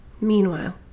Meanwhile